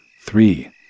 Three